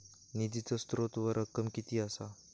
निधीचो स्त्रोत व रक्कम कीती असा?